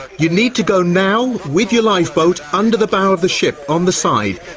you need to go now with your lifeboat under the bow of the ship, on the side.